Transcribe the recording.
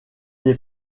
des